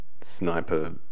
sniper